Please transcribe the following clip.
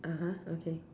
(uh huh) okay